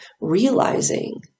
realizing